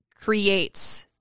creates